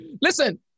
Listen